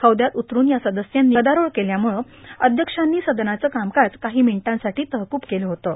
हौद्यात उतरून या सदस्यांनी गदारोळ केल्यामुळं अध्यक्षांनी सदनाचं कामकाज काही मिनिटांसाठी तहकूब केलं होतं